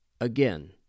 Again